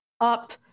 up